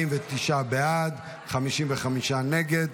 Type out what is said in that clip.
49 בעד, 55 נגד.